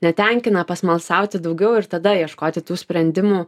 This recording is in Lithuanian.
netenkina pasmalsauti daugiau ir tada ieškoti tų sprendimų